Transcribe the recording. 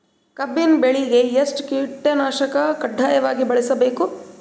ಕಬ್ಬಿನ್ ಬೆಳಿಗ ಎಷ್ಟ ಕೀಟನಾಶಕ ಕಡ್ಡಾಯವಾಗಿ ಬಳಸಬೇಕು?